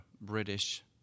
British